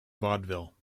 vaudeville